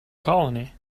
colony